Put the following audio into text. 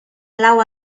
lau